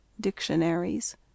Dictionaries